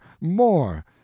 more